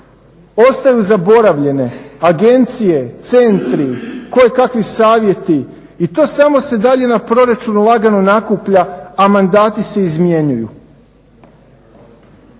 Ostaju zaboravljene, agencije, centri, kojekakvi savjeti i to se samo dalje na proračunu lagano nakuplja, a mandati se izmjenjuju.